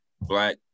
black